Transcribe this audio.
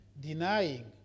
denying